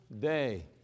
Day